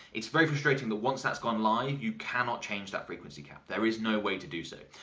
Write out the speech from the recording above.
it's very frustrating that once that's gone live, you cannot change that frequency cap. there is no way to do so.